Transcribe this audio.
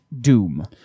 Doom